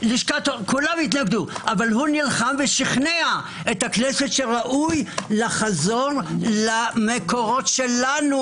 אבל הוא נלחם ושכנע את הכנסת שראוי לחזור למקורות שלנו,